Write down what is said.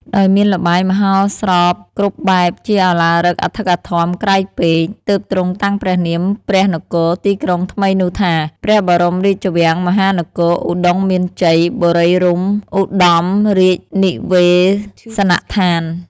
ដោយមានល្បែងមហោស្រពគ្រប់បែបជាឧឡារិកអធិកអធមក្រៃពេក ទើបទ្រង់តាំងព្រះនាមព្រះនគរ (ទីក្រុង) ថ្មីនោះថា " ព្រះបរមរាជវាំងមហានគរ ឧត្តុង្គមានជ័យបុរីរម្យឧត្ដមរាជនិវេសនដ្ឋាន "